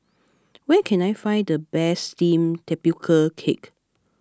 where can I find the best Steamed Tapioca Cake